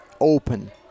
open